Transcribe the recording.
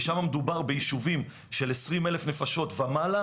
ושם מדובר ביישובים של 20,000 נפשות ומעלה.